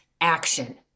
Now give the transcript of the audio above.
action